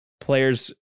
players